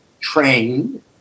trained